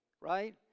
Right